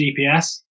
GPS